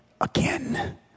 again